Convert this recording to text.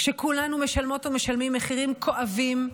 כשכולנו משלמות ומשלמים מחירים כואבים,